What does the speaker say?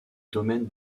domaine